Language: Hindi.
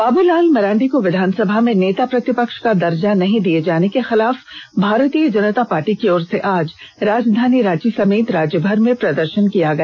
बाबूलाल मरांडी को विधानसभा में नेता प्रतिपक्ष का दर्जा नहीं दिये जाने के खिलाफ भारतीय जनता पार्टी की ओर से आज राजधानी रांची समेत राज्यभर में प्रदर्षन किया गया